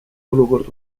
olukord